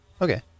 okay